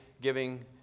giving